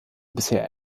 bisher